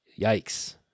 Yikes